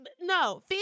No